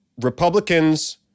Republicans